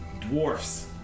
dwarfs